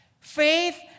Faith